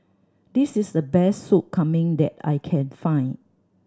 this is the best Sup Kambing that I can find